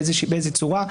באיזה צורה,